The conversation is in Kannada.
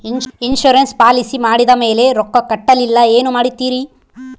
ಇನ್ಸೂರೆನ್ಸ್ ಪಾಲಿಸಿ ಮಾಡಿದ ಮೇಲೆ ರೊಕ್ಕ ಕಟ್ಟಲಿಲ್ಲ ಏನು ಮಾಡುತ್ತೇರಿ?